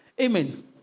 amen